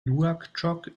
nouakchott